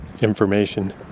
information